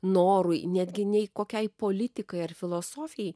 norui netgi nei kokiai politikai ar filosofijai